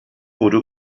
wurde